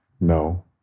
no